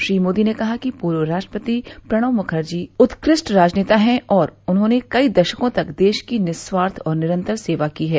श्री मोदी ने कहा कि पूर्व राष्ट्रपति प्रणब मुखर्जी उत्कृष्ट राजनेता हैं और उन्होंने कई दशको तक देश की निस्वार्थ और निरंतर सेवा की है